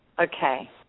Okay